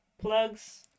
plugs